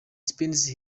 spent